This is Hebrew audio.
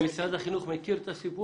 משרד החינוך מכיר את המקרה?